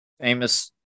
famous